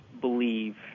believe